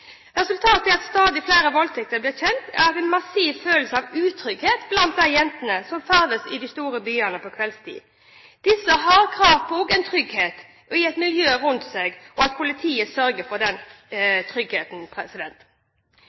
Resultatet av at stadig flere voldtekter blir kjent, gir en massiv følelse av utrygghet blant de jentene som ferdes i de store byene på kveldstid. Disse har krav på et trygt miljø rundt seg, og at politiet sørger for den tryggheten.